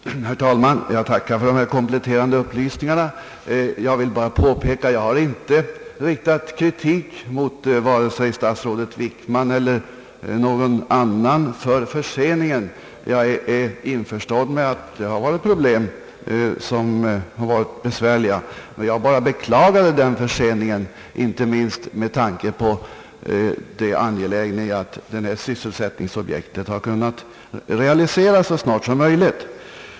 Herr talman! Jag tackar för dessa kompletterande upplysningar och vill bara påpeka att jag inte har riktat kritik mot vare sig statsrådet Wickman eller någon annan med anledning av förseningen. Jag har klart för mig att man haft problem som varit besvärliga, och jag beklagade bara förseningen inte minst med tanke på angelä genheten av att detta sysselsättningsobjekt kunde bli verklighet så snart som möjligt.